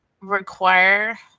require